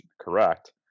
correct